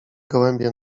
gołębie